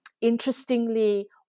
Interestingly